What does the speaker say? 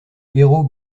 héros